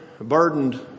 burdened